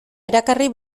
erakarri